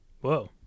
Whoa